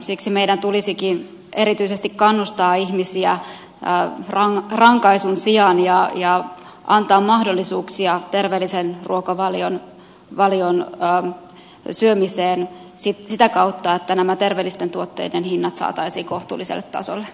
siksi meidän tulisikin erityisesti kannustaa ihmisiä rankaisun sijaan ja antaa mahdollisuuksia terveellisen ruokavalion syömiseen sitä kautta että nämä terveellisten tuotteiden hinnat saataisiin kohtuulliselle tasolle